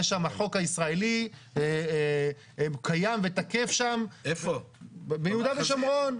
החוק הישראלי קיים ותקף שם ביהודה ושומרון.